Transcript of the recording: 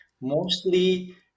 Mostly